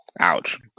ouch